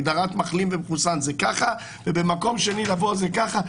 הגדרה מחלים ומחוסן זה ככה, ובמקום שני זה ככה.